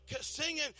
singing